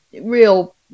real